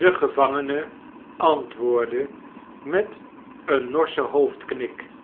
de gevangene antwoordd barnaby rudge met een norschen hoofdknik